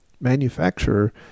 manufacturer